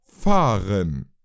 fahren